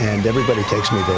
and everybody takes